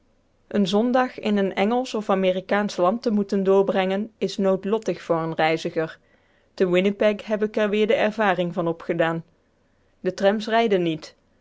een zondag in een engelsch of amerikaansch land te moeten doorbrengen is noodlottig voor een reiziger te winnipeg heb ik er weer de ervaring van opgedaan de trams rijden niet